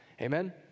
Amen